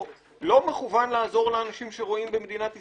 מכוון לעזור לאנשים שרועים במדינת ישראל.